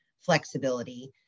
flexibility